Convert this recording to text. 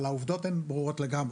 אבל העובדות הם ברורות לגמרי,